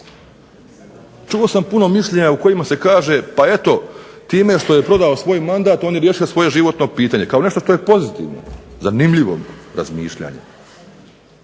Čuo sam puno mišljenja o kojima se kaže, pa eto time što je prodao svoj mandat on je riješio životno pitanje, kao nešto što je pozitivno, zanimljivo razmišljanje.